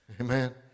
amen